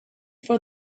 for